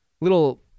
little